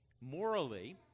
morally